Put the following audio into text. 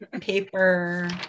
paper